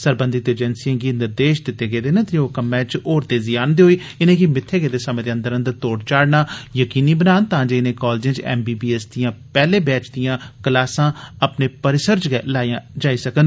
सरबंधित एजेंसिएं गी निर्देश दित्ते गेदे न जे ओ कम्मै च होर तेजी आनदे होई इनेंगी मित्थे गेदे समें दे अंदर अंदर तोड़ चाढ़ना यकीनी बनान तां जे इनें कालजें च एमबीबीएस दियां पैहले बैच दियां क्लासां अपने परिसर च गै लाइयां जाई सकन